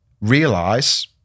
realize